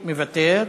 מוותר,